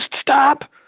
stop